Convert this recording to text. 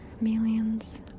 millions